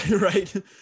Right